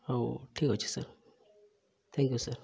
ହଉ ଠିକ ଅଛି ସାର୍ ଥ୍ୟାଙ୍କ ୟୁ ସାର୍